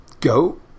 Go